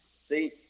See